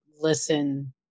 listen